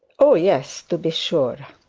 oh, yes, to be sure.